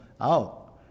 out